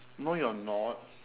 no you're not